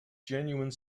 genuine